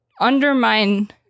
undermine